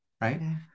Right